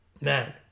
man